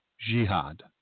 jihad